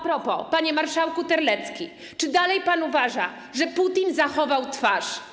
propos, panie marszałku Terlecki, czy dalej pan uważa, że Putin zachował twarz?